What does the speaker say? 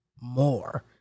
more